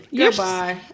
Goodbye